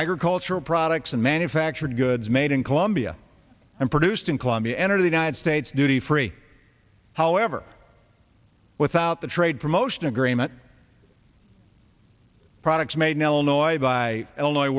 agricultural products and manufactured goods made in colombia and produced in colombia enter the united states duty free however without the trade promotion agreement products made well noise by illinois